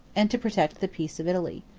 and to protect the peace of italy.